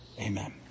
Amen